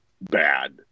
Bad